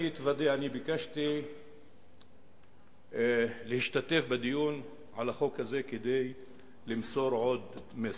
אתוודה: ביקשתי להשתתף בדיון על החוק הזה כדי למסור עוד מסר.